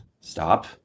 stop